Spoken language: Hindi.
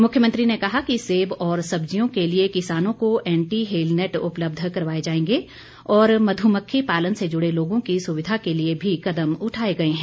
मुख्यमंत्री ने कहा कि सेब और सब्जियों के लिए किसानों को एंटी हेलनेट उपलब्ध करवाए जाएंगे और मधुमक्खी पालन से जुड़े लोगों की सुविधा के लिए भी कदम उठाए गए हैं